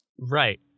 Right